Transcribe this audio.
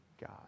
God